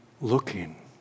looking